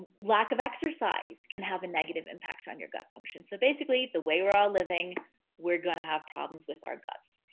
lack of exercise can have a negative impact on your gut function. so basically, the way we're all living we're gonna have problems with our guts.